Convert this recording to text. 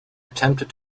attempted